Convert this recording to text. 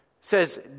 says